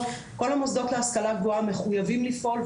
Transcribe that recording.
כל המוסדות להשכלה גבוהה מחויבים לפעול,